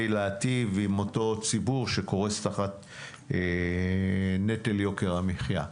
להיטיב עם אותו הציבור שקורס את נטל יוקר המחיה.